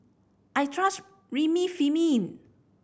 I trust Remifemin